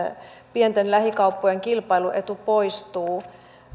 pienten lähikauppojen kilpailuetu poistuu